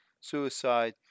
suicide